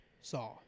Saw